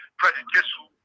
prejudicial